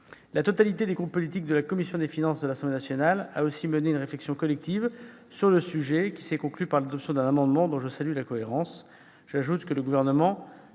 La totalité des groupes politiques de la commission des finances de l'Assemblée nationale a ainsi mené une réflexion collective, conclue par l'adoption de cet amendement dont je salue la cohérence.